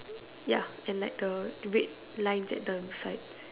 ya and like the a red lines at the sides